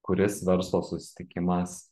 kuris verslo susitikimas